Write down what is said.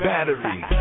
Battery